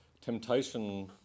temptation